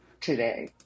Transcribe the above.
today